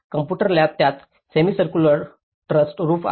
computer lab ज्यात semicircular trussed roof आहे